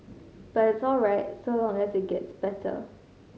but it's all right so long as it gets better